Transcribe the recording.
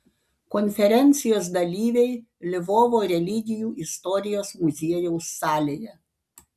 konferencijos dalyviai lvovo religijų istorijos muziejaus salėje